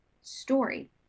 story